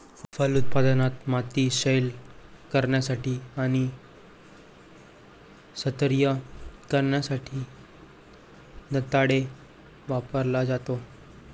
फलोत्पादनात, माती सैल करण्यासाठी आणि स्तरीय करण्यासाठी दंताळे वापरला जातो